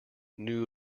knew